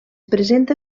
presenta